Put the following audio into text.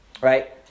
right